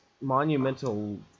monumental